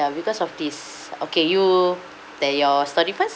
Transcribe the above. ya because of this okay you there you're start it first